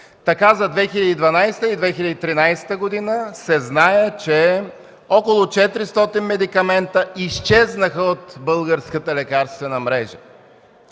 Така за 2012 г. и 2013 г. се знае, че около 400 медикамента изчезнаха от българската лекарствена мрежа.